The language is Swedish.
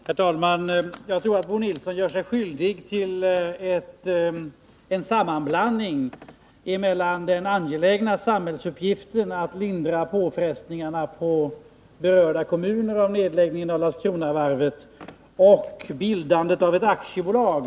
Herr talman! Jag tror att Bo Nilsson gör sig skyldig till en sammanblandning mellan den angelägna samhällsuppgiften att lindra påfrestningarna på berörda kommuner av nedläggningen av Landskronavarvet och bildandet av ettaktiebolag.